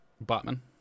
Batman